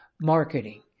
marketing